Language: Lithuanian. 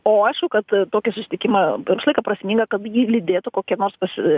o aišku kad tokį susitikimą visą laiką prasminga kad jį lydėtų kokie nors pasi